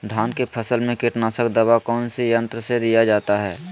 धान की फसल में कीटनाशक दवा कौन सी यंत्र से दिया जाता है?